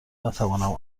نتوانم